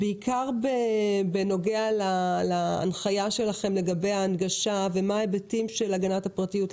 בעיקר בנוגע להנחיה שלכם לגבי ההנגשה ומה ההיבטים של הגנת הפרטיות.